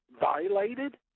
violated